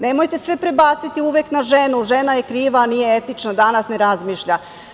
Nemojte sve prebaciti uvek na ženu, ženu je kriva, a nije etično danas, ne razmišlja.